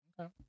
Okay